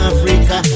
Africa